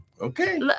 Okay